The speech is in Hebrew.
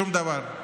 שום דבר.